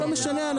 לא משנה,